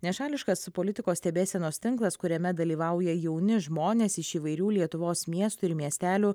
nešališkas politikos stebėsenos tinklas kuriame dalyvauja jauni žmonės iš įvairių lietuvos miestų ir miestelių